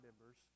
members